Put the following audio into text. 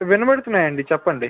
వినబడుతున్నాయి అండి చెప్పండి